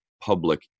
public